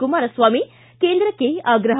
ಕುಮಾರಸ್ವಾಮಿ ಕೇಂದ್ರಕ್ಕೆ ಆಗ್ರಹ